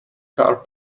car